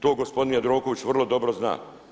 To gospodin Jandroković vrlo dobro zna.